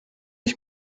ich